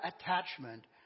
attachment